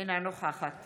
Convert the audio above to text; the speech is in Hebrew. אינה נוכחת